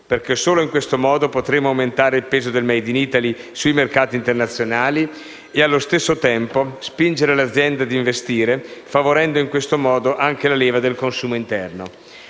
Solo in questo modo potremo aumentare il peso del *made in Italy* sui mercati internazionali e, allo stesso tempo, spingere le aziende ad investire, favorendo così anche la leva del consumo interno.